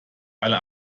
alle